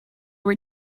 were